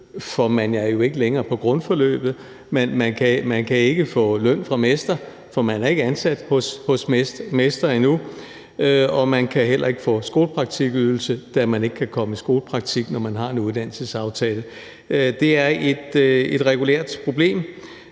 for man er jo ikke længere på grundforløbet, man kan ikke få løn fra mester, for man er ikke ansat hos mester endnu, og man kan heller ikke få skolepraktikydelse, da man ikke kan komme i skolepraktik, når man har en uddannelsesaftale. Det er et regulært problem,